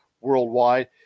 worldwide